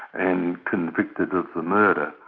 and convicted of the murder.